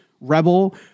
rebel